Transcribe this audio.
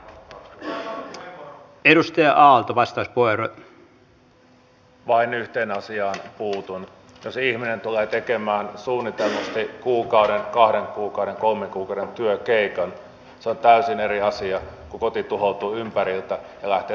sipilän hallitus on tarttunut työhön tosiasiat hahmottamalla ja valinnut tarttua voimakkaalla otteella muutosta jarruttaviin rakenteisiin työn vastaanottamisen esteisiin panostamalla uuteen teknologiaan ja nostamalla ympäristöteknologian kehityshankkeiden kärkeen